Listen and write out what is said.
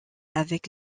avec